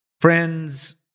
Friends